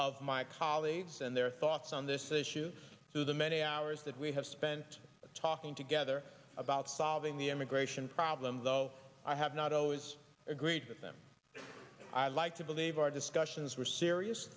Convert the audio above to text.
of my colleagues and their thoughts on this issue through the many hours that we have spent talking together about solving the immigration problem though i have not always agreed with them i like to believe our discussions were serious